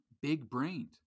big-brained